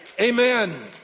Amen